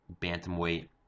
bantamweight